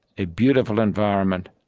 a beautiful environment,